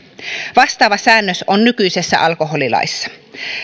vastaava säännös on nykyisessä alkoholilaissa